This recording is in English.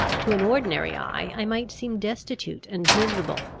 to an ordinary eye i might seem destitute and miserable,